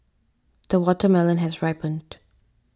the watermelon has ripened